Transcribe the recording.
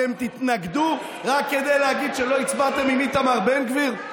אתם תתנגדו רק כדי להגיד שלא הצבעתם עם איתמר בן גביר?